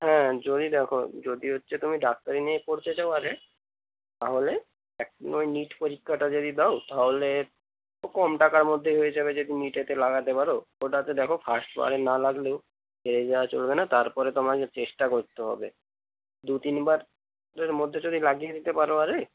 হ্যাঁ যদি দেখো যদি হচ্ছে তুমি ডাক্তারি নিয়ে পড়তে চাও আগে তাহলে এখন ওই নিট পরীক্ষাটা যদি দাও তাহলে ও কম টাকার মধ্যে হয়ে যাবে যেহেতু নিটে লাগাতে পারো ওটাতে দেখো ফার্স্ট বারে না লাগলেও হেরে যাওয়া চলবে না তারপরে তোমাকে চেষ্টা করতে হবে দু তিনবারের মধ্যে যদি লাগিয়ে দিতে পারো আরে